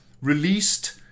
released